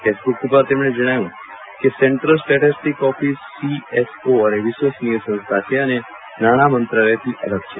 Facebook ઉપર તેમજ્ઞે કહ્યું કે સેન્ટ્રલ સ્ટેટીસ્ટીક ઓફિસ સીએસઓ એ વિશ્વસનિય સંસ્થા છે અને નાણાંમંત્રાલયથી અલગ છે